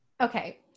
Okay